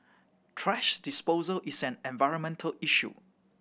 thrash disposal is an environmental issue